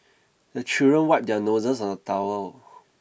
the children wipe their noses on the towel